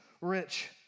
rich